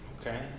Okay